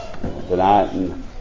tonight